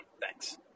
Thanks